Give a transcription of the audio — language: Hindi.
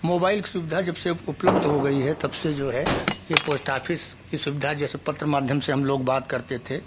मोबाइल की सुविधा जब से उप उपलब्ध हो गई है तब से जो है ये पोस्ट ऑफिस की सुविधा जैसे पत्र माध्यम से हम लोग बात करते थे